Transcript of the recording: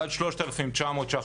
ועד 3,900 ש"ח,